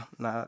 na